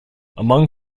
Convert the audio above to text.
among